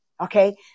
Okay